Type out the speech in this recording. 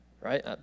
right